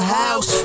house